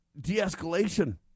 de-escalation